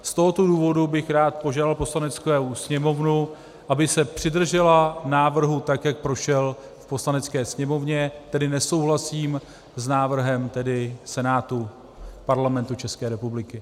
Z tohoto důvodu bych rád požádal Poslaneckou sněmovnu, aby se přidržela návrhu tak, jak prošel v Poslanecké sněmovně, tedy nesouhlasím s návrhem Senátu Parlamentu České republiky.